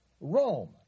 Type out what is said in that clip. Rome